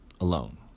Alone